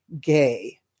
gay